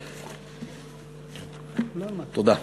תודה.